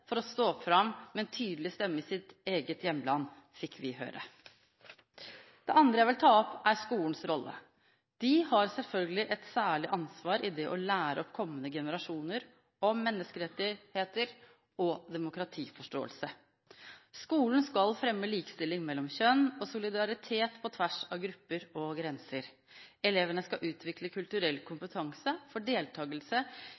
for å stå fram med en tydelig stemme i sitt eget hjemland, fikk vi høre. Det andre jeg vil ta opp, er skolens rolle. Den har selvfølgelig et særlig ansvar for å lære opp kommende generasjoner i menneskerettigheter og demokratiforståelse. Skolen skal fremme likestilling mellom kjønn og solidaritet på tvers av grupper og grenser. Elevene skal utvikle kulturell